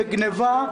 בגנבה,